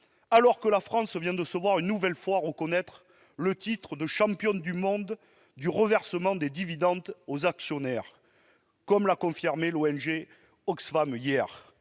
Alors que la France vient de se voir une nouvelle fois reconnaître le titre de « championne de monde du reversement des dividendes aux actionnaires » par l'ONG OXFAM, et